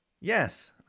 yes